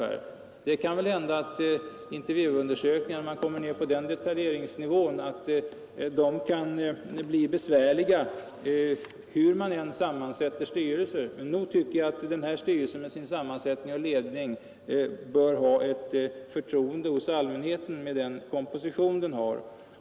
När man kommer ner på intervjuundersökningarnas detaljeringsnivå kan det väl hända att det blir besvärligt hur man än sammansätter styrelsen, men nog tycker jag att denna styrelse och ledning bör ha allmänhetens förtroende, med den sammansättning som den har.